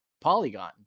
Polygon